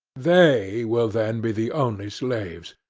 they will then be the only slaves.